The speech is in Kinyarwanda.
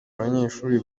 abanyeshuli